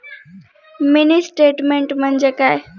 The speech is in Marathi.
मिनी स्टेटमेन्ट म्हणजे काय?